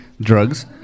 drugs